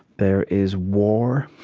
there is war.